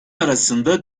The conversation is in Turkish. arasında